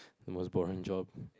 most boring job